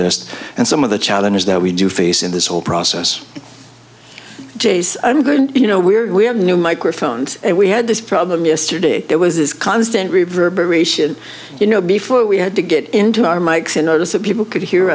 list and some of the challenges that we do face in this whole process j s i'm going you know we're we have new microphones and we had this problem yesterday it was this constant reverberation you know before we had to get into our mikes and notice that people could hear